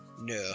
No